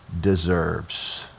deserves